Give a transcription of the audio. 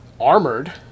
armored